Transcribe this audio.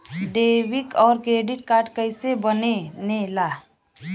Debit और credit card कईसे बने ने ला?